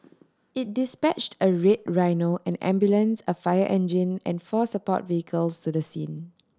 it dispatched a Red Rhino an ambulance a fire engine and four support vehicles to the scene